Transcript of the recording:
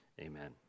Amen